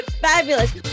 Fabulous